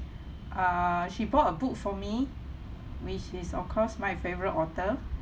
err she bought a book for me which is of course my favourite author